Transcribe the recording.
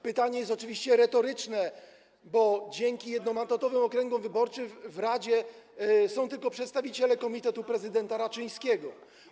Pytanie jest oczywiście retoryczne, bo dzięki jednomandatowym okręgom wyborczym w radzie są tylko przedstawiciele komitetu prezydenta Raczyńskiego.